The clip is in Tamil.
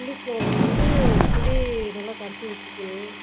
புளிக்கொழம்பு வந்து புளி நல்லா கரைச்சி வைச்சிக்கணும்